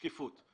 שקיפות.